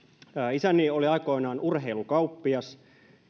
isäni oli aikoinaan urheilukauppias